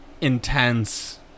intense